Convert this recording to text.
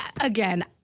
again